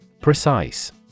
Precise